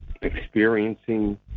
experiencing